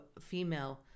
female